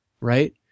right